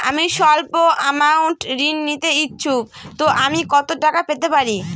আমি সল্প আমৌন্ট ঋণ নিতে ইচ্ছুক তো আমি কত টাকা পেতে পারি?